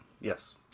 yes